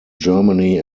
germany